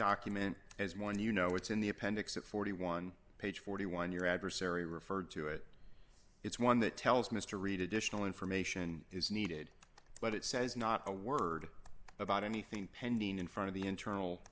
document as one you know it's in the appendix at forty one page forty one your adversary referred to it is one that tells mr reed additional information is needed but it says not a word about anything pending in front of the internal